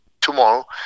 tomorrow